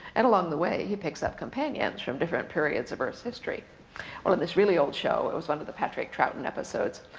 and along the way he picks up companions from different periods of earth's history. well on this really old show, it was one of the patrick troughton episodes,